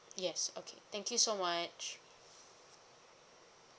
yes okay thank you so much